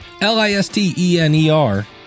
L-I-S-T-E-N-E-R